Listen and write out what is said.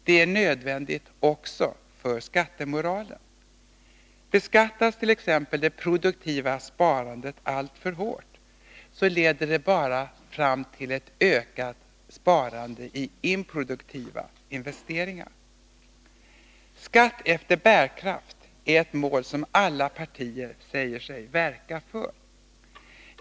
Det är nödvändigt också för skattemoralen. Beskattas t.ex. det produktiva sparandet alltför hårt, leder det bara till att sparandet förskjuts mot improduktiva investeringar. Skatt efter bärkraft är ett mål som alla partier säger sig verka för.